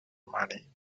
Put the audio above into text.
money